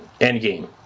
Endgame